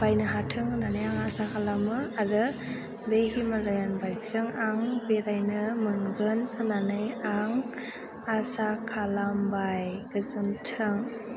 बायनो हाथों होननानै आं आसा खालामो आरो बे हिमालयान बाइकजों आं बेरायनो मोनगोन होननानै आं आसा खालामबाय गोजोन्थों